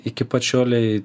iki pat šiolei